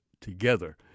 together